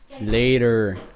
later